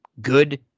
good